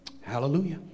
Hallelujah